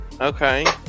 Okay